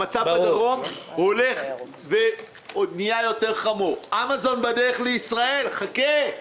המצב בדרום הולך ונהיה חמור יותר; אמזון בדרך לישראל חכה,